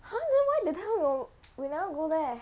!huh! then why that time we we never go there